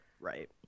Right